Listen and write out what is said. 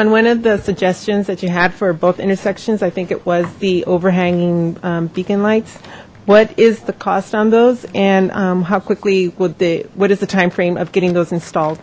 on one of the suggestions that you had for both intersections i think it was the overhanging beacon lights what is the cost on those and how quickly would they what is the time frame of getting those installed